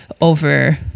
over